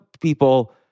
people